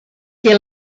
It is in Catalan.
que